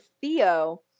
Theo